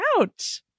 out